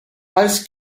ice